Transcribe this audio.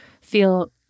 feel